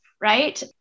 right